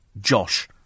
Josh